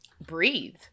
Breathe